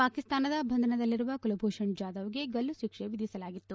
ಪಾಕಿಸ್ತಾನದ ಬಂಧನದಲ್ಲಿರುವ ಕುಲಭೂಷಣ್ ಜಾಧವ್ಗೆ ಗಲ್ಲು ಶಿಕ್ಷೆ ವಿಧಿಸಲಾಗಿತ್ತು